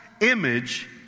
image